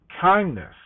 kindness